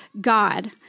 God